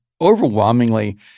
overwhelmingly—